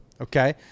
okay